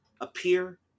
appear